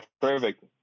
Perfect